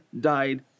died